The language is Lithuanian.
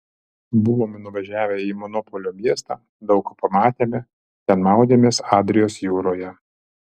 buvome nuvažiavę į monopolio miestą daug ką pamatėme ten maudėmės adrijos jūroje